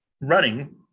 running